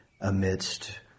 amidst